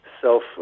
self